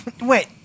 Wait